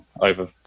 over